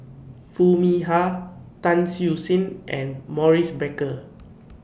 Foo Mee Har Tan Siew Sin and Maurice Baker